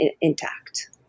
intact